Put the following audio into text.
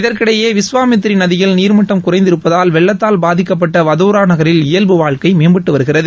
இதற்கிடையே விஸ்வாமித்ரி நதியில் நீர்மட்டம் குறைந்திருப்பதால் வெள்ளத்தால் பாதிக்கப்பட்ட வதோதரா நகரில் இயல்பு வாழ்க்கை மேம்பட்டு வருகிறது